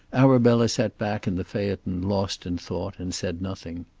arabella sat back in the phaeton lost in thought and said nothing.